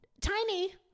Tiny